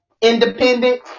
independent